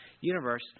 universe